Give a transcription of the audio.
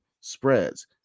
spreads